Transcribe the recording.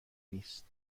نیست